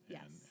Yes